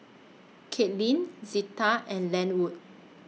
Kaitlin Zita and Lenwood